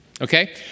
Okay